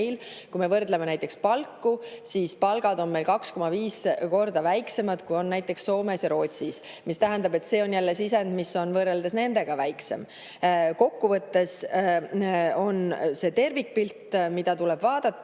Kui me võrdleme näiteks palku, siis palgad on meil 2,5 korda väiksemad, kui on näiteks Soomes ja Rootsis, mis tähendab, et see on jälle sisend, mis meil on võrreldes nendega väiksem. Kokkuvõttes on see tervikpilt, mida tuleb vaadata.